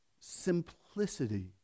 simplicity